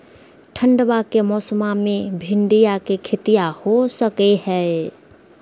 ठंडबा के मौसमा मे भिंडया के खेतीया हो सकये है?